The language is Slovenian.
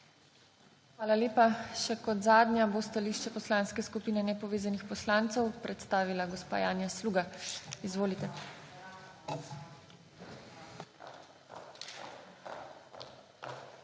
Hvala lepa. Kot zadnja bo stališče Poslanske skupine nepovezanih poslancev predstavila gospa Janja Sluga. Izvolite.